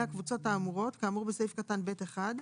הקבוצות האמורות כאמור בסעיף קטן (ב)(1),